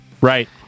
Right